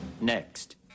Next